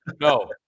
No